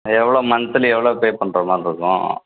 எவ்வளோ மந்த்லி எவ்வளோ பே பண்ணுற மாதிரி இருக்கும்